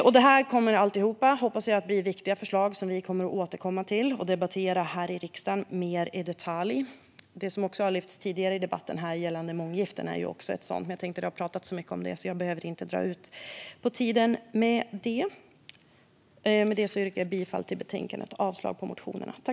Alltihop hoppas jag kommer att bli viktiga förslag som vi kommer att återkomma till och mer i detalj debattera här i riksdagen. Det som har lyfts upp tidigare i debatten vad gäller månggifte är också ett sådant förslag. Men eftersom många har talat om det behöver jag inte förlänga talartiden med det. Jag yrkar bifall till förslaget i betänkandet och avslag på motionerna.